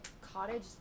cottage